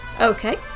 Okay